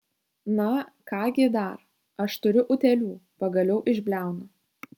na ką gi dar aš turiu utėlių pagaliau išbliaunu